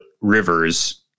Rivers